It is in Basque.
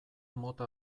mota